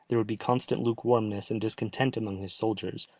there would be constant lukewarmness and discontent among his soldiers,